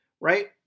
right